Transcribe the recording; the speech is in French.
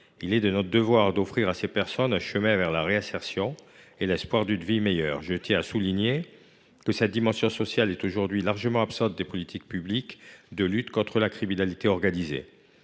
Il est de notre devoir d’offrir à ces personnes un chemin vers la réinsertion et l’espoir d’une vie meilleure. J’y insiste, cette dimension sociale est aujourd’hui largement absente des politiques publiques de lutte contre la criminalité organisée.